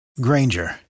Granger